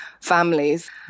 families